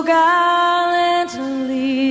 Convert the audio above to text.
gallantly